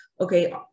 okay